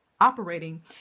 operating